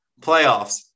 playoffs